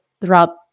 throughout